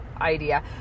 idea